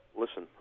listen